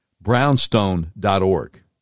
brownstone.org